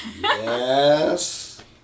Yes